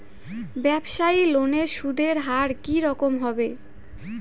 ব্যবসায়ী লোনে সুদের হার কি রকম হবে?